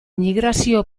migrazio